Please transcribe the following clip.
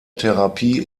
therapie